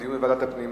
לדיון בוועדת הפנים.